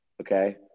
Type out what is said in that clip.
okay